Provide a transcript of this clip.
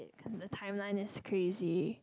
cause the timeline is crazy